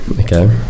okay